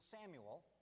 Samuel